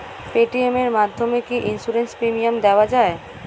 Paytm এর মাধ্যমে কি ইন্সুরেন্স প্রিমিয়াম দেওয়া যায়?